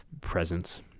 presence